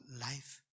life